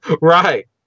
Right